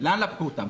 לאן לקחו אותה,